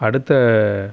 அடுத்த